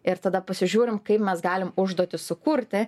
ir tada pasižiūrim kaip mes galim užduotis sukurti